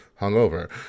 hungover